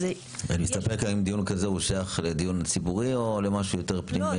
אני מסתפק האם דיון כזה הוא שייך לדיון ציבורי או למשהו יותר פנימי?